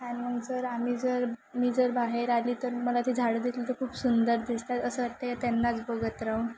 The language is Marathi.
छान मग जर आम्ही जर मी जर बाहेर आली तर मला ते झाडं दिसली तर खूप सुंदर दिसतात असं वाटते त्यांनाच बघत राहू